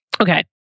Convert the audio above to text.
Okay